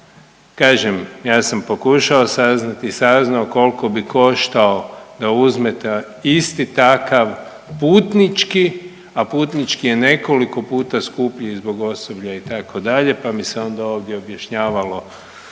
Kažem ja sam pokušao i saznao koliko bi koštalo da uzmete isti takav putnički, a putnički je nekoliko puta skuplji zbog osoblja itd. pa mi se onda ovdje objašnjavalo